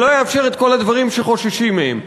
זה לא יאפשר את כל הדברים שחוששים מהם.